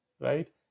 right